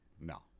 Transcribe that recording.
No